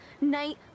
night